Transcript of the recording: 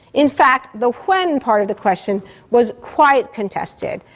in fact, the when part of the question was quite contested,